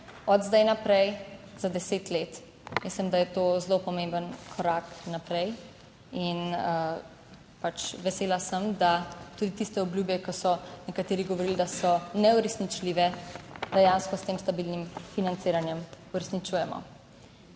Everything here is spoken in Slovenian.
od zdaj naprej za deset let. Mislim, da je to zelo pomemben korak naprej. In pač vesela sem, da tudi tiste obljube, ki so nekateri govorili, da so neuresničljive, dejansko s tem stabilnim financiranjem uresničujemo.